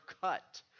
cut